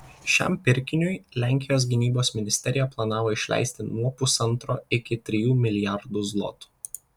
šiam pirkiniui lenkijos gynybos ministerija planavo išleisti nuo pusantro iki trijų milijardų zlotų